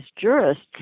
jurists